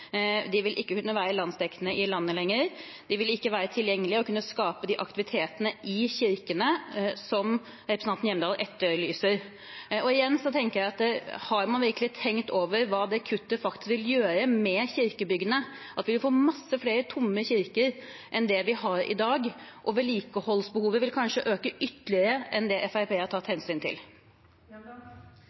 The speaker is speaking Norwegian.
De vil ikke lenger kunne være landsdekkende. De vil ikke være tilgjengelige eller kunne skape de aktivitetene i kirkene som representanten Hjemdal etterlyser. Igjen tenker jeg: Har man virkelig tenkt over hva det kuttet faktisk vil gjøre med kirkebyggene, at vi vil få mange flere tomme kirker enn det vi har i dag, og at vedlikeholdsbehovet kanskje vil øke ytterligere enn det Fremskrittspartiet har tatt hensyn til?